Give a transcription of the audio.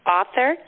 Author